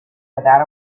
without